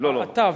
התו.